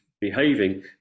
Behaving